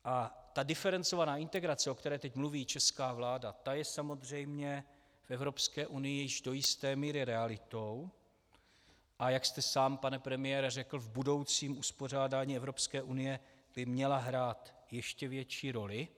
A ta diferencovaná integrace, o které teď mluví česká vláda, ta je samozřejmě v Evropské unii již do jisté míry realitou, a jak jste sám, pane premiére, řekl, v budoucím uspořádání Evropské unie by měla hrát ještě větší roli.